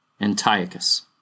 Antiochus